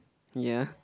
ya